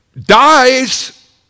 dies